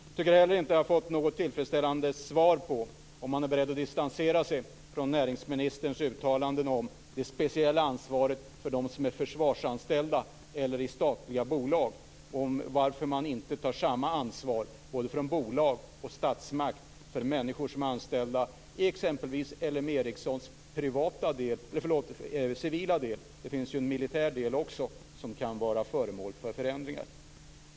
Inte heller tycker jag mig ha fått ett tillfredsställande svar på frågan om man är beredd att distansera sig från näringsministerns uttalanden om det speciella ansvaret för dem som är försvarsanställda eller som finns i statliga bolag - varför man inte tar samma ansvar från både bolag och statsmakt för människor som är anställda inom t.ex. L M Ericssons civila del; det finns ju en militär del också som kan vara föremål för förändringar.